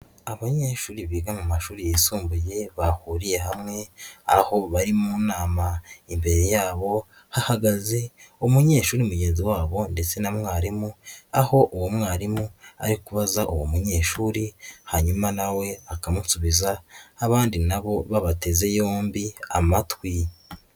Abanyeshuri biga mu mashuri yisumbuye bahuriye hamwe, aho bari mu nama imbere yabo hagaze umunyeshuri mugenzi wabo ndetse na mwarimu, aho uwo mwarimu ari kubaza uwo munyeshuri hanyuma nawe akamusubiza, abandi nabo babateze yombi amatwi.